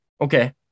Okay